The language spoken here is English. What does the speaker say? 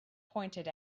pointed